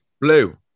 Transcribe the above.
Blue